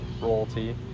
royalty